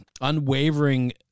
unwavering